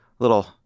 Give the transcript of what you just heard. little